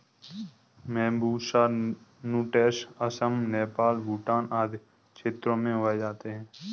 Bambusa नूटैंस असम, नेपाल, भूटान आदि क्षेत्रों में उगाए जाते है